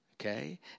Okay